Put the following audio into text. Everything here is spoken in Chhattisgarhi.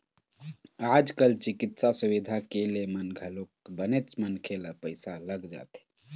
आज कल चिकित्सा सुबिधा के ले म घलोक बनेच मनखे ल पइसा लग जाथे